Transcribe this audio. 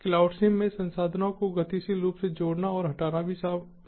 CloudSim में संसाधनों को गतिशील रूप से जोड़ना और हटाना भी संभव है